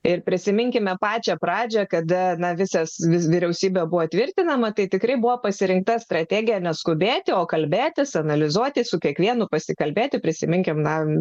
ir prisiminkime pačią pradžią kada na visas vyriausybė buvo tvirtinama tai tikrai buvo pasirinkta strategija neskubėti o kalbėtis analizuoti su kiekvienu pasikalbėti prisiminkime na